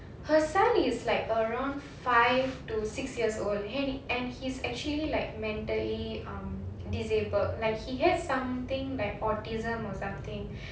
her son is like around five to six years old and he's actually like mentally um disabled like he has something like autism or something